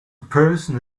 person